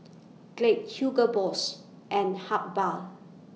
Glade Hugo Boss and Habhal